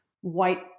white